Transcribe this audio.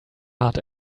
hard